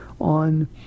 on